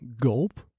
Gulp